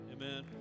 Amen